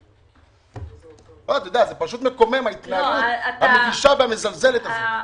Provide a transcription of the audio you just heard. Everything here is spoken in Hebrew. זה פשוט מקומם ההתנהלות המבישה והמזלזלת הזאת.